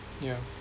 yeah